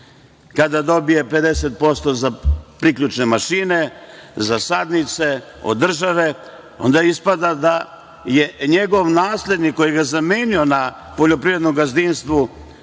kada dobije 50% za priključne mašine, za sadnice od države, onda ispada da je njegov naslednik koji ga je zamenio na poljoprivrednom gazdinstvu